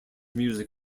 music